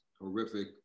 horrific